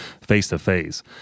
face-to-face